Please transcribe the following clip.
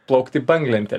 plaukti banglente